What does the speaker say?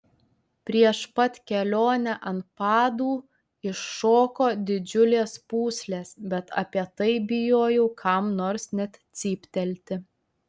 prieš pat kelionę ant padų iššoko didžiulės pūslės bet apie tai bijojau kam nors net cyptelti